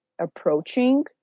approaching